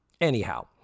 Anyhow